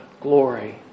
glory